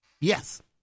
yes